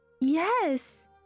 Yes